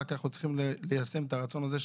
אנחנו רק צריכים ליישם את הרצון הזה,